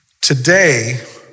Today